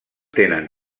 tenen